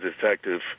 detective